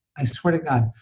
i swear to god.